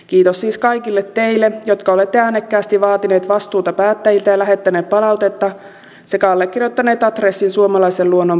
kiitos siis kaikille teille jotka olette äänekkäästi vaatineet vastuuta päättäjiltä ja lähettäneet palautetta sekä allekirjoittaneet adressin suomalaisen luonnon puolesta